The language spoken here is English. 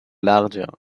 larger